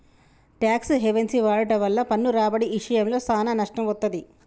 talks havens వాడుట వల్ల పన్ను రాబడి ఇశయంలో సానా నష్టం వత్తది